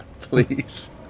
please